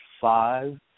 five